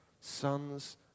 Sons